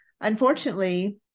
unfortunately